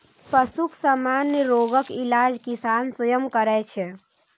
पशुक सामान्य रोगक इलाज किसान स्वयं करै छै